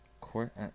court